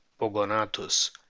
Pogonatus